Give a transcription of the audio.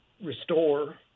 Restore